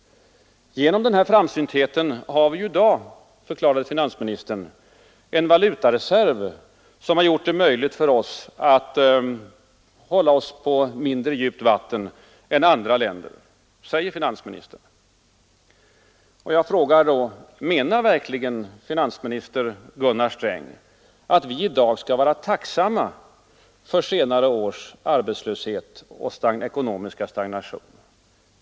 Genom denna framsynthet har vi i dag, förklarade finansministern, en valutareserv som gör att vi kan hålla oss på mindre djupt vatten än man måste göra i andra länder. Jag frågar då: Menar finansminister Gunnar Sträng verkligen att vi i dag skall vara tacksamma för de senare årens arbetslöshet och ekonomiska stagnation?